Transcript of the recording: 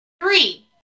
Three